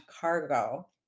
cargo